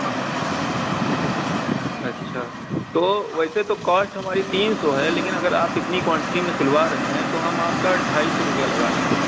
ہوں اچھا تو ویسے تو کاسٹ ہماری تین سو ہے لیکن اگر آپ اتنی کوانٹیٹی میں سلوا رہے ہیں تو ہم آپ کا ڈھائی سو روپیہ لگا لیں گے